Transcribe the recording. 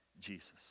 Jesus